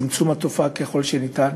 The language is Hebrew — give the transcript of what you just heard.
בצמצום התופעה ככל שניתן.